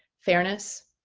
fairness.